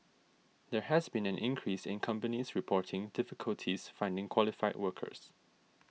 there has been an increase in companies reporting difficulties finding qualified workers